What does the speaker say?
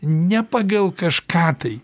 ne pagal kažką tai